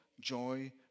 joy